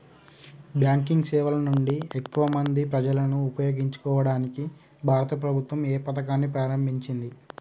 Banking సేవల నుండి ఎక్కువ మంది ప్రజలను ఉపయోగించుకోవడానికి భారత ప్రభుత్వం ఏ పథకాన్ని ప్రారంభించింది?